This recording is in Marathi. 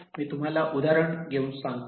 मी तुम्हाला उदाहरण घेऊन सांगतो